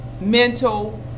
mental